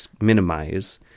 minimize